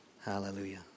Hallelujah